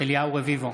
אליהו רביבו,